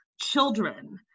children